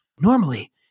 normally